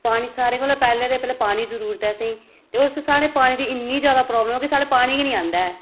पानी सारें कोला पैह्लें पानी दी जरुरत ऐ असें ते उस साढ़े पानी दी इन्नी जैदा प्राब्लम कि साढ़े पानी गै नेईं औंदा ऐ